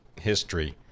history